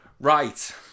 Right